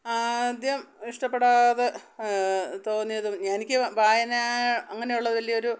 ആദ്യം ഇഷ്ടപ്പെടാതെ തോന്നിയതും എനിക്ക് വായന അങ്ങനെയുള്ള വലിയൊരു